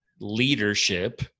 leadership